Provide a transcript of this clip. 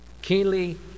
keenly